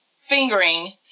fingering